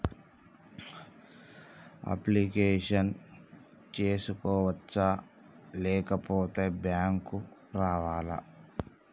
Application చేసుకోవచ్చా లేకపోతే bank రావాలా?